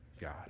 god